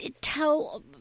tell